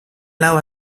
lau